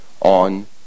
on